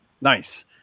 Nice